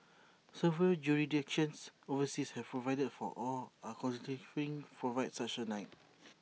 several jurisdictions overseas have provided for or are considering providing such A right